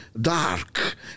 dark